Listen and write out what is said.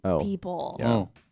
people